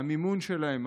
והמימון שלהם,